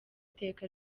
iteka